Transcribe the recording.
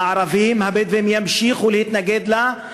והערבים ימשיכו להתנגד לה,